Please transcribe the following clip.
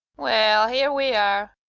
well, here we are.